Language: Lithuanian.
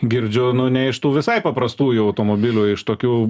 girdžiu nu ne iš tų visai paprastųjų automobilių iš tokių